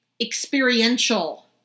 experiential